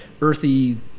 earthy